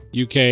UK